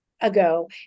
ago